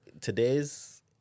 today's